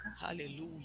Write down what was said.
Hallelujah